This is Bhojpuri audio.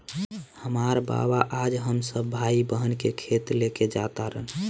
हामार बाबा आज हम सब भाई बहिन के खेत लेके जा तारन